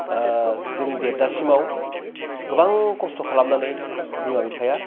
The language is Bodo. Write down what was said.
जों देरजासिमाव गोबां खस्थ' खालामनानै बिमा बिफाया